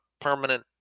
permanent